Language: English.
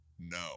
No